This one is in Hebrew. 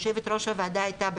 יושבת-ראש הוועדה הייתה בשטח,